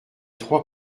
trois